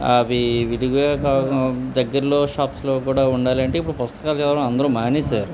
అవి విడిగా కాకుండా దగ్గరలో షాప్స్లో కూడా ఉండాలంటే ఇప్పుడు పుస్తకాలు చదవడం అందరు మానే సారు